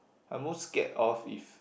I'm most scared of if